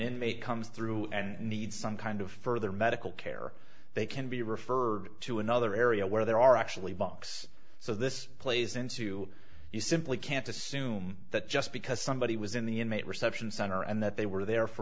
inmate comes through and needs some kind of further medical care they can be referred to another area where there are actually bucks so this plays into you simply can't assume that just because somebody was in the inmate reception center and that they were there for